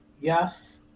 yes